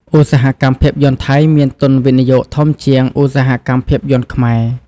ឧស្សាហកម្មភាពយន្តថៃមាន ទុនវិនិយោគធំជាង ឧស្សាហកម្មភាពយន្តខ្មែរ។